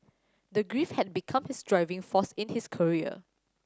his grief had become his driving force in his career